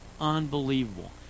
Unbelievable